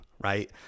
right